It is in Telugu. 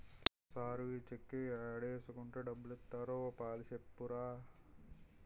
సారూ ఈ చెక్కు ఏడేసుకుంటే డబ్బులిత్తారో ఓ పాలి సెప్పరూ